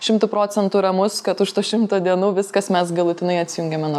šimtu procentų ramus kad už tų šimto dienų viskas mes galutinai atsijungiame nuo